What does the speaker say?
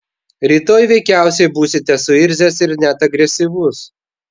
rytoj veikiausiai būsite suirzęs ir net agresyvus